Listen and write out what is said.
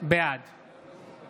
בעד